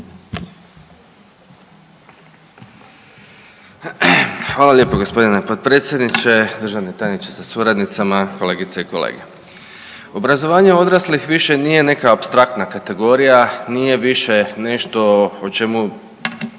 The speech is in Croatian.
Hvala lijepo gospodine potpredsjedniče. Državni tajniče sa suradnicama, kolegice i kolege, obrazovanje odraslih više nije neka apstraktna kategorija, nije više nešto o čemu